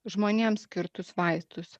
žmonėms skirtus vaistus